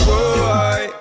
Boy